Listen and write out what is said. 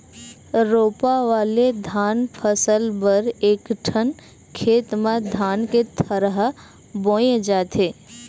रोपा वाले धान फसल बर एकठन खेत म धान के थरहा बोए जाथे